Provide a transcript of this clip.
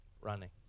running